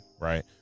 right